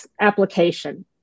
application